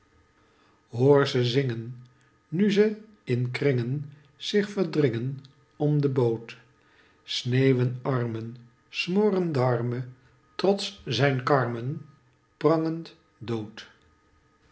hoor ze zingen nu ze in kringen zich verdringen om de boot sneeuwen armen smoren d'arme trots zijn karmen prangend dood